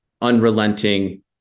unrelenting